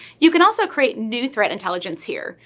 you can also create new threat intelligence here.